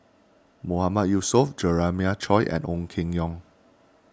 Mahmood Yusof Jeremiah Choy and Ong Keng Yong